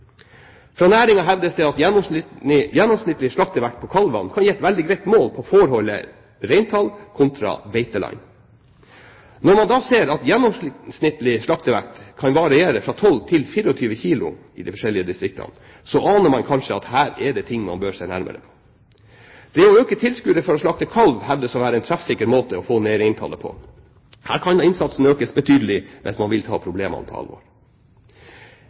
Fra næringen hevdes det at gjennomsnittlig slaktevekt på kalvene kan gi et veldig greit mål på forholdet reintall kontra beiteland. Når man da ser at gjennomsnittlig slaktevekt kan variere fra 12 til 24 kg i de forskjellige distriktene, aner man kanskje at her er det ting man bør se nærmere på. Det å øke tilskuddet for å slakte kalv hevdes å være en treffsikker måte å få ned reintallet på. Her kan innsatsen økes betydelig hvis man vil ta problemene på alvor.